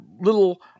little